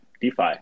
DeFi